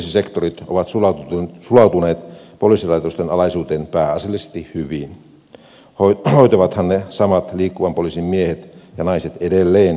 liikennepoliisisektorit ovat sulautuneet poliisilaitosten alaisuuteen pääasiallisesti hyvin hoitavathan ne samat liikkuvan poliisin miehet ja naiset edelleen näitä tehtäviä